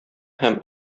һәм